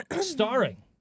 Starring